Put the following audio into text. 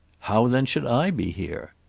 how then should i be here?